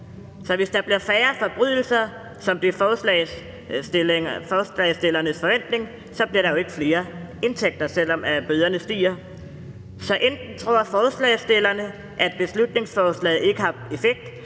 Så hvis der bliver begået færre forbrydelser, som det er forslagsstillernes forventning, kommer der jo ikke flere indtægter, selv om bøderne stiger. Så enten tror forslagsstillerne, at beslutningsforslaget ikke har effekt